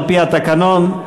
על-פי התקנון,